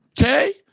okay